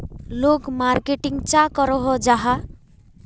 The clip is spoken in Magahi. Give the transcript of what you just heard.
लोग मार्केटिंग चाँ करो जाहा?